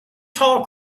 tall